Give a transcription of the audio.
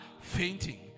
fainting